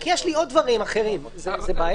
כי יש לי עוד דברים אחרים, זו בעיה.